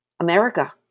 America